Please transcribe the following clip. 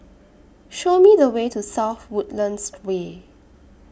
Show Me The Way to South Woodlands Way